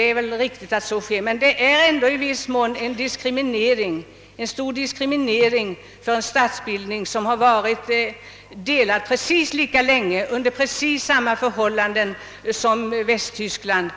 är riktigt, men det innebär ändå i viss mån diskriminering av en statsbildning som lidit av delningen precis lika länge som Västtyskland.